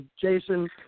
Jason